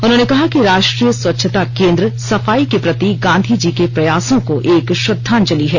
उन्होंने कहा कि राष्ट्रीय स्वच्छता केंद्र सफाई के प्रति गांधी जी के प्रयासों को एक श्रद्वांजलि है